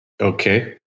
Okay